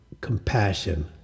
compassion